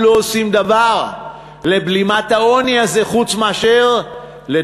ולא עושים דבר לבלימת העוני הזה חוץ מלדבר,